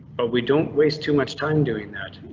but we don't waste too much time doing that.